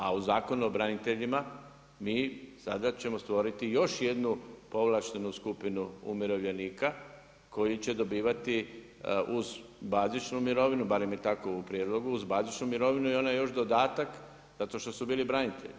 A u Zakonu o braniteljima mi sada ćemo stvoriti još jednu povlaštenu skupinu umirovljenika koji će dobivati uz bazičnu mirovinu, barem je tako u prijedlogu uz bazičnu mirovinu i onaj još dodatak zato što su bili branitelji.